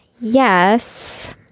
yes